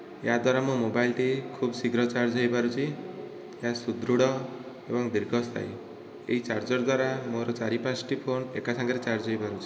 ଏହା ଦ୍ୱାରା ମୋ ମୋବାଇଲଟି ଖୁବ୍ ଶୀଘ୍ର ଚାର୍ଜ ହୋଇ ପାରୁଛି ଏହା ସୁଦୃଢ ଏବଂ ଦୀର୍ଘସ୍ଥାୟୀ ଏହି ଚାର୍ଜର୍ ଦ୍ୱାରା ମୋର ଚାରି ପାଞ୍ଚଟି ଫୋନ ଏକା ସାଙ୍ଗରେ ଚାର୍ଜ ହୋଇ ପାରୁଛି